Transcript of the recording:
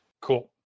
Cool